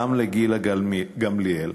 גם לגילה גמליאל,